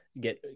get